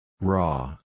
Raw